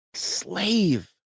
slave